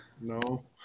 No